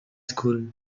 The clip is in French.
school